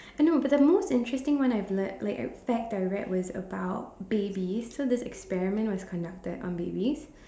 I know but the most interesting one I've led like I fact I read was about babies so this experiment was conducted on babies